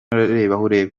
uwihoreye